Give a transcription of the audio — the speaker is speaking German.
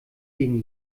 gegen